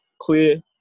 clear